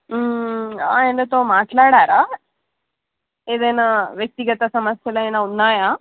ఆయనతో మాట్లాడారా ఏదైనా వ్యక్తిగత సమస్యలు ఏమైనా ఉన్నాయా